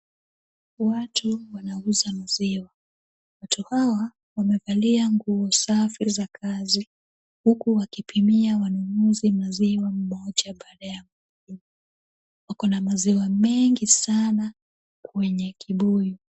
Watu wanauza maziwa. Watu hawa, wamevalia nguo safi za kazi, huku wakipimia wanunuzi maziwa mmoja baada ya mwingine. Wakona maziwa mengi sana kwenye kibuyu.